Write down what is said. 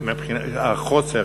החוסר.